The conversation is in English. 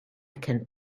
can